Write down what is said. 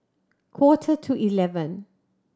quarter to eleven